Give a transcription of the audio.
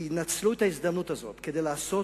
ינצלו את ההזדמנות הזאת כדי לעשות